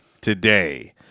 today